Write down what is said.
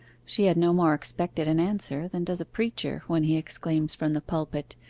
she had no more expected an answer than does a preacher when he exclaims from the pulpit,